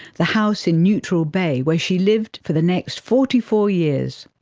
the house in neutral bay where she lived for the next forty four years,